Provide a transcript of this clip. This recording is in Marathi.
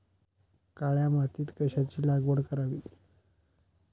काळ्या मातीत कशाची लागवड करावी?